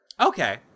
Okay